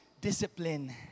discipline